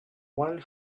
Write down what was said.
one